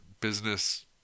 business